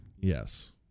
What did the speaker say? Yes